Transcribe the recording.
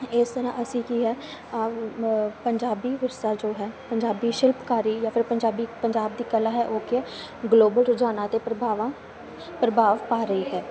ਇਸ ਤਰ੍ਹਾਂ ਅਸੀਂ ਕੀ ਆ ਪੰਜਾਬੀ ਵਿਰਸਾ ਜੋ ਹੈ ਪੰਜਾਬੀ ਸ਼ਿਲਪਕਾਰੀ ਜਾਂ ਫਿਰ ਪੰਜਾਬੀ ਪੰਜਾਬ ਦੀ ਕਲਾ ਹੈ ਉਹ ਕੀ ਆ ਗਲੋਬਲ ਰੁਝਾਨਾਂ 'ਤੇ ਪ੍ਰਭਾਵ ਆ ਪ੍ਰਭਾਵ ਪਾ ਰਹੀ ਹੈ